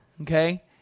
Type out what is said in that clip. okay